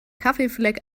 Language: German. kaffeefleck